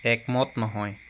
একমত নহয়